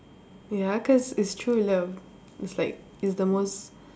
ya cause it's true love it's like it's the most